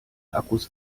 akkus